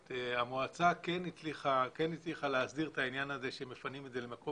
המועצה כן הצליחה להסדיר את העניין הזה שמפנים למקום